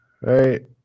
right